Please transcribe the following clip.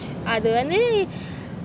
அது வந்து:athu vanthu